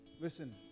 Listen